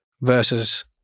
versus